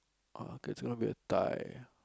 ah okay it's gonna be a tie